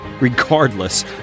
regardless